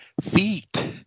feet